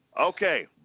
Okay